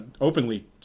openly